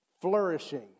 flourishing